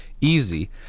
easy